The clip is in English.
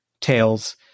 tales